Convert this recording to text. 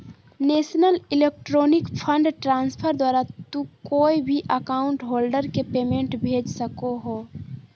national electronic fund transfer द्वारा तू कोय भी अकाउंट होल्डर के पेमेंट भेज सको हो